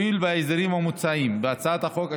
הואיל וההסדרים המוצעים בהצעת החוק,